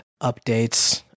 updates